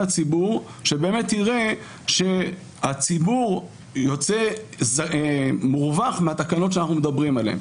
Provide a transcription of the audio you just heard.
הציבור שבאמת יראה שהציבור יוצא מורווח מהתקנות שאנחנו מדברים עליהן.